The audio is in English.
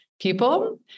people